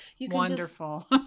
Wonderful